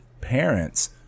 parents